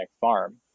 Farm